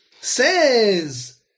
Says